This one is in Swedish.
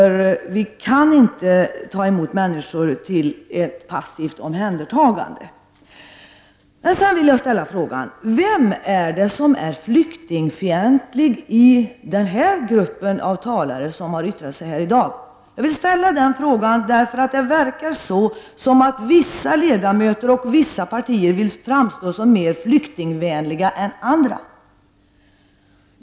Vi kan inte ta emot människor enbart för att de skall hamna i ett passivt omhändertagande. Jag vill härefter ställa frågan: Vilka är det som är flyktingfientliga i den grupp av talare som har yttrat sig här i dag? Jag ställer den frågan därför att det verkar som om vissa ledamöter och partier vill framstå som mer flyktingvänliga än andra.